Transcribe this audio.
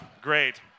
Great